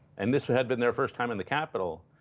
and this one had been their first time in the capitol.